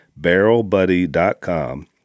BarrelBuddy.com